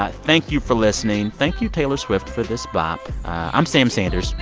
ah thank you for listening. thank you, taylor swift, for this bop. i'm sam sanders.